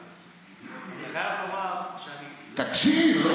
אני חייב לומר שאני, תקשיב.